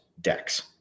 decks